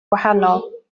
gwahanol